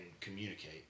communicate